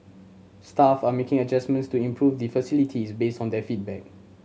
staff are making adjustments to improve the facilities based on their feedback